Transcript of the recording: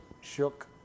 shook